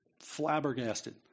flabbergasted